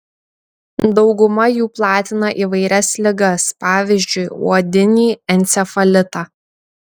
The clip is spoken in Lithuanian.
dauguma jų platina įvairias ligas pavyzdžiui uodinį encefalitą